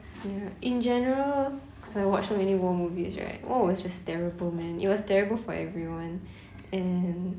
ya in general cause I watch so many war movies right war was just terrible man it was terrible for everyone and